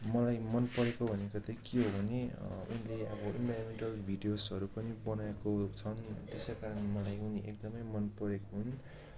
मलाई मन परेको भनेको चाहिँ के हो भने उनले अब इन्भारोमेन्टल भिडियोसहरू पनि बनाएको छन् त्यसै कारणले मलाई उनी एकदमै मन परेको हुन्